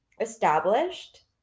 established